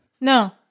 No